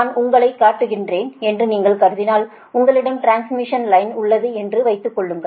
நான் உங்களுக்குக் காட்டுகிறேன் என்று நீங்கள் கருதினால் உங்களிடம் டிரான்ஸ்மிஷன் லைன் உள்ளது என்று வைத்துக்கொள்ளுங்கள்